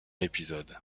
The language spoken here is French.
épisode